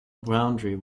boundary